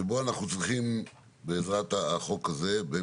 שאנחנו צריכים בעזרת החוק הזה לא